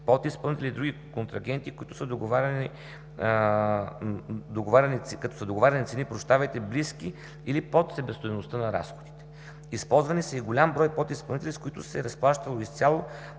подизпълнители и други контрагенти, като са договаряни цени, близки или под себестойността на разходите. - Използвани са и голям брой подизпълнители, с които се е разплащало изцяло,